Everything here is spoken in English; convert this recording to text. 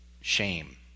shame